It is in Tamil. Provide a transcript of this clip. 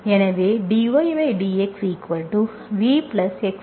எனவே dydxVx dVdx